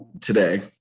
today